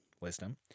wisdom